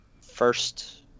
first